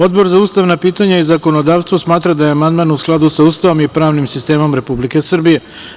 Odbor za ustavna pitanja i zakonodavstvo smatra da je amandman u skladu sa Ustavom i pravnim sistemom Republike Srbije.